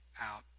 out